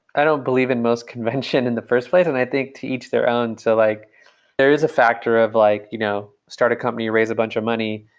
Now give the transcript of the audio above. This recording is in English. i don't believe in most convention in the first place, and i think to each their own. so like there is a factor of like you know start a company and raise a bunch of money.